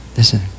Listen